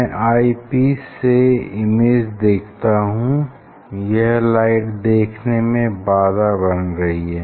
मैं eyepiece से image देखता हूँ यह लाइट देखने में बाधा बन रही है